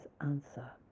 answer